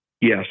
Yes